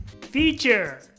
Feature